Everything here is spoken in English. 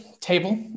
table